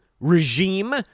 regime